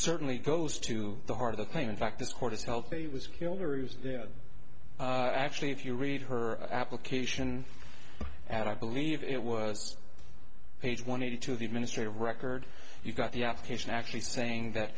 certainly goes to the heart of the claim in fact this court is healthy was actually if you read her application and i believe it was page one eighty two of the administrative record you got the application actually saying that